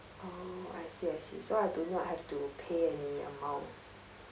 oh I see I see so I don't know I have to pay any amount